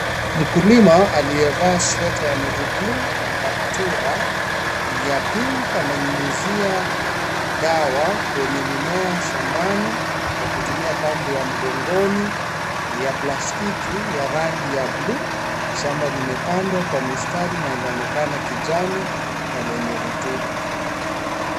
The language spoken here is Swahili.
Mkulima aliyevaa sweta ya (CS)navy blue(CS )na kaptura ya pinki ananyunyuzia dawa kwenye mimea shambani Kwa kutumia pampu ya mkongoni ya plastiki ya rangi ya bluu, shamba limepandwa Kwa mistari na inaonekana kijani na yenye rotuba.